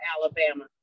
Alabama